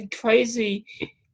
Crazy